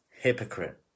Hypocrite